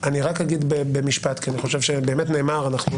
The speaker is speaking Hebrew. אני רק אומר במשפט כי אני חושב שבאמת נאמר ואנחנו